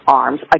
arms